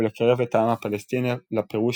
ולקרב את העם הפלסטיני לפירוש